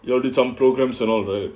you all did on programmes and all that